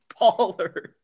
Baller